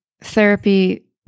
therapy